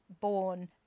born